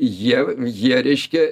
jie jie reiškia